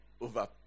over